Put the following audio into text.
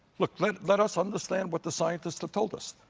look, let let us understand what the scientists have told us.